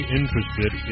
interested